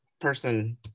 person